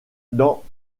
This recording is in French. dans